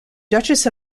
duchess